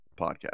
podcast